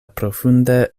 profunde